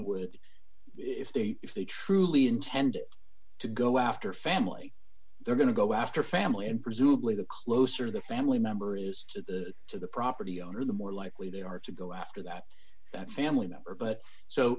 would if they if they truly intend to go after family they're going to go after family and presumably the closer the family member is to to the property owner the more likely they are to go after that that family member but so